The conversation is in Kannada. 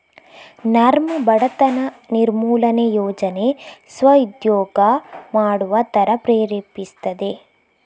ನರ್ಮ್ ಬಡತನ ನಿರ್ಮೂಲನೆ ಯೋಜನೆ ಸ್ವ ಉದ್ಯೋಗ ಮಾಡುವ ತರ ಪ್ರೇರೇಪಿಸ್ತದೆ